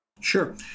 Sure